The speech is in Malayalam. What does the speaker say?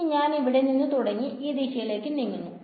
ഇനി ഞാൻ ഇവിടെ നിന്ന് തുടങ്ങി ഈ ദിശയിലേക്ക് നീങ്ങുന്നു